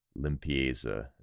limpieza